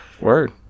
Word